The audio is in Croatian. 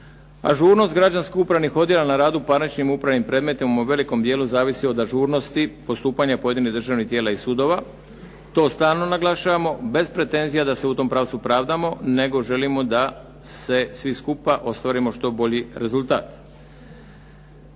ažurnost građansko-upravnih odjela na radu u parničnim upravnim predmetima u velikom djelu zavisi od ažurnosti postupanja pojedinih državnih tijela i sudova. To stalno naglašavamo, bez pretenzija da se u tom pravcu pravdamo, nego želimo da se svi skupa ostvarimo što bolji rezultat.